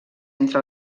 entre